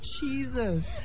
Jesus